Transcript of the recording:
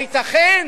הייתכן?